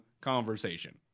conversation